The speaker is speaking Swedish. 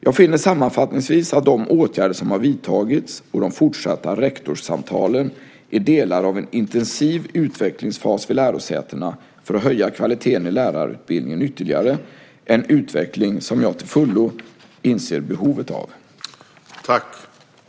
Jag finner sammanfattningsvis att de åtgärder som har vidtagits och de fortsatta rektorssamtalen är delar av en intensiv utvecklingsfas vid lärosätena för att ytterligare höja kvaliteten i lärarutbildningen, en utveckling som jag till fullo inser behovet av.